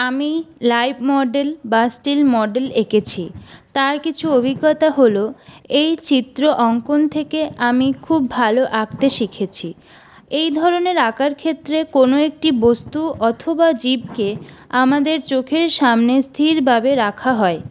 আমি live model বা still model এঁকেছি তার কিছু অভিজ্ঞতা হল এই চিত্র অঙ্কন থেকে আমি খুব ভালো আঁকতে শিখেছি এই ধরণের আঁকার ক্ষেত্রে কোনো একটি বস্তু অথবা জীবকে আমাদের চোখের সামনে স্থির ভাবে রাখা হয়